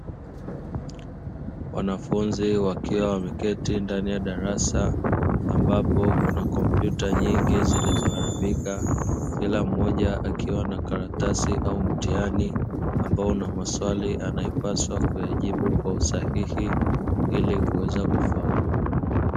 Wanafunzi wakiwa wameketi ndani ya darasa ambapo kuna kompyuta nyingi zilizo haribika kila mmoja akiwa na karatasi au mtihani ambao una maswali anayopaswa kuyajibu kwa usahihi ili kuweza kufaulu.